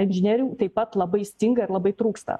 inžinierių taip pat labai stinga ir labai trūksta